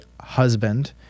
husband